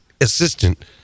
assistant